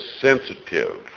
sensitive